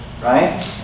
Right